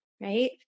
right